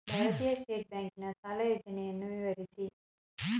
ಭಾರತೀಯ ಸ್ಟೇಟ್ ಬ್ಯಾಂಕಿನ ಸಾಲ ಯೋಜನೆಯನ್ನು ವಿವರಿಸಿ?